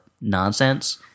nonsense